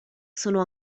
sono